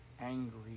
angry